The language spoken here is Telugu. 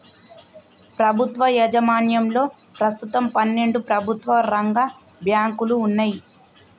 ప్రభుత్వ యాజమాన్యంలో ప్రస్తుతం పన్నెండు ప్రభుత్వ రంగ బ్యాంకులు వున్నయ్